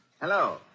Hello